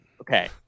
Okay